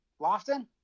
Lofton